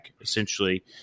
essentially